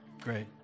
great